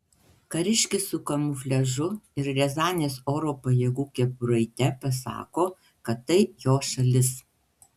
kariškis su kamufliažu ir riazanės oro pajėgų kepuraite pasako kad tai jo šalis